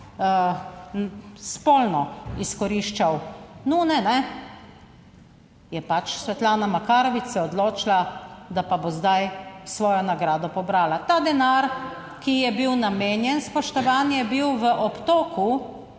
spolno izkoriščal nune, je pač Svetlana Makarovič se odločila, da pa bo zdaj svojo nagrado pobrala. Ta denar, ki je bil namenjen, spoštovani, je bil v obtoku